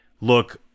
look